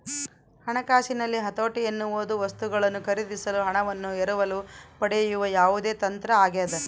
ಹಣಕಾಸಿನಲ್ಲಿ ಹತೋಟಿ ಎನ್ನುವುದು ವಸ್ತುಗಳನ್ನು ಖರೀದಿಸಲು ಹಣವನ್ನು ಎರವಲು ಪಡೆಯುವ ಯಾವುದೇ ತಂತ್ರ ಆಗ್ಯದ